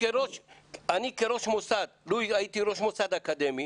אני לו הייתי ראש מוסד אקדמי